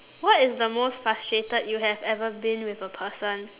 what is the most frustrated you have ever been with a person